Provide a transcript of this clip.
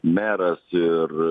meras ir